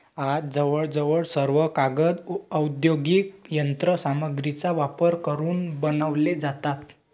आज जवळजवळ सर्व कागद औद्योगिक यंत्र सामग्रीचा वापर करून बनवले जातात